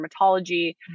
Dermatology